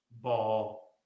ball